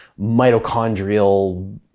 mitochondrial